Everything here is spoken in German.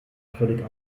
völlig